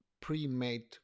pre-made